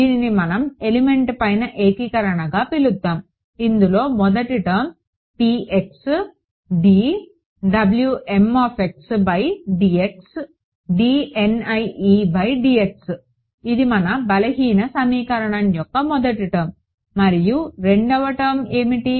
దీనిని మనం ఎలిమెంట్ పైన ఏకీకరణగా పిలుద్దాం ఇందులో మొదటి term p x d W m x by d xd N i e by d x ఇది మన బలహీన సమీకరణం యొక్క మొదటి టర్మ్ మరియు రెండవ టర్మ్ ఏమిటి